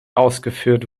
ausgeführt